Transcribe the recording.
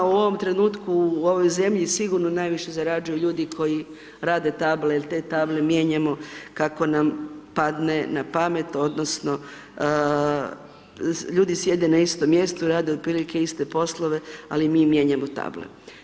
U ovom trenutku u ovoj zemlji sigurno najviše zarađuju ljudi koji rade table jer te table mijenjamo kako nam padne na pamet odnosno ljudi sjede na istom mjestu i rade otprilike iste poslove ali mi mijenjamo table.